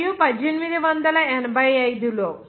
మరియు 1885 లో